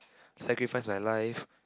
sacrifice my life